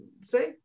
say